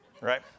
right